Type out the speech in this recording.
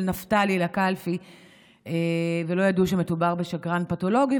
נפתלי לקלפי ולא ידעו שמדובר בשקרן פתולוגי,